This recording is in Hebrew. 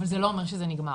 אבל זה לא אומר שזה נגמר"